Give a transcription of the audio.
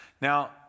Now